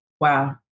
Wow